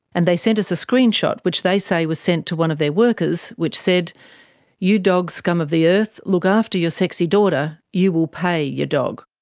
and they sent us a screen shot which they say was sent to one of their workers which said you dog scum of the earth look after your sexy daughter you will pay you dog.